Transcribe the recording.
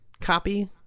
copy